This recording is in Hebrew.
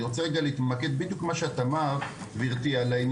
אני רוצה רגע להתמקד בדיוק במה שאתה אמרת גברתי חברת